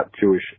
Jewish